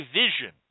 vision